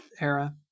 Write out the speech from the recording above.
era